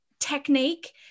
technique